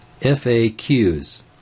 FAQs